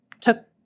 took